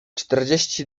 czterdzieści